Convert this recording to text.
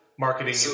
marketing